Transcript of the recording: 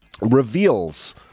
reveals